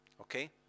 Okay